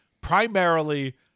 primarily